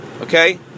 okay